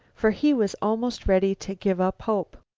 for he was almost ready to give up hope.